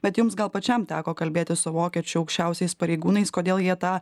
bet jums gal pačiam teko kalbėtis su vokiečių aukščiausiais pareigūnais kodėl jie tą